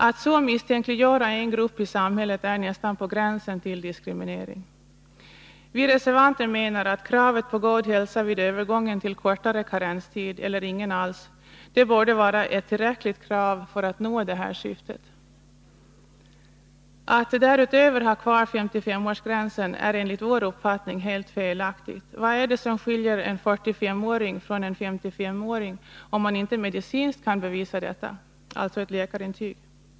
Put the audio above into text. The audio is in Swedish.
Att så misstänkliggöra en grupp i samhället är nästan på gränsen till diskriminering. Vi reservanter menar att kravet på god hälsa vid övergången till kortare karenstid eller ingen alls borde vara ett tillräckligt krav för att nå detta syfte. Att därutöver ha kvar 55-årsgränsen är enligt vår uppfattning helt felaktigt. Vad är det som skiljer en 45-åring från en 55-åring, om man inte medicinskt kan bevisa detta, alltså med ett läkarintyg?